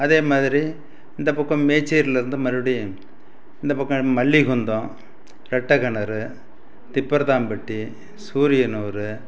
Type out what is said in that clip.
அதே மாதிரி இந்த பக்கம் மேச்சேரியில் இருந்து மறுபடி இந்த பக்கம் மல்லிகுந்தம் ரெட்டை கிணறு திப்பருத்தாம்பட்டி சூரியனூர்